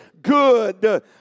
good